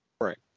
Right